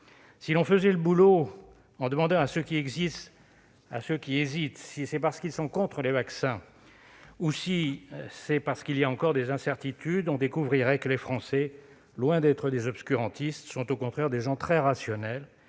Si l'on faisait le travail correctement, en demandant à ceux qui hésitent s'ils font parce qu'ils sont contre les vaccins ou parce qu'il y a encore des incertitudes, on découvrirait que les Français, loin d'être des obscurantistes, sont, au contraire, des gens très rationnels.